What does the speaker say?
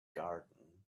garden